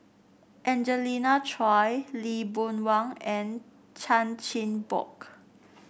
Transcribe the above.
Angelina Choy Lee Boon Wang and Chan Chin Bock